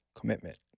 Commitment